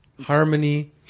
harmony